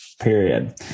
Period